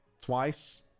Twice